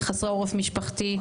חסרי עורף משפחתי,